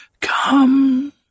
come